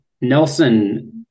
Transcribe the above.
nelson